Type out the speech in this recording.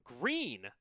green